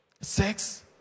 Sex